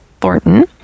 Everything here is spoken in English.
Thornton